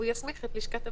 הוא יסמיך את לשכת הבריאות.